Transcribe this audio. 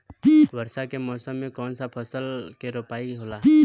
वर्षा के मौसम में कौन सा फसल के रोपाई होला?